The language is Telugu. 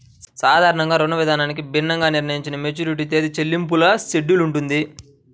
సాధారణ రుణవిధానానికి భిన్నంగా నిర్ణయించిన మెచ్యూరిటీ తేదీ, చెల్లింపుల షెడ్యూల్ ఉంటుంది